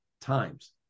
times